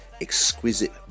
exquisite